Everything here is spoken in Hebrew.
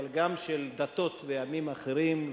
אבל גם של דתות ועמים אחרים,